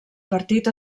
partit